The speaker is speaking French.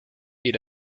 est